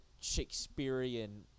Shakespearean